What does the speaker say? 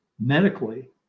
medically